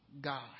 God